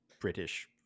British